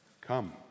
come